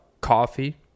coffee